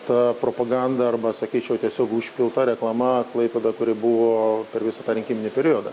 ta propaganda arba sakyčiau tiesiog užpilta reklama klaipėda kuri buvo per visą tą rinkiminį periodą